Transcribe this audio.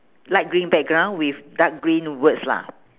light green background with dark green words lah